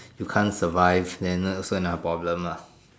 you can't survive then so another problem lah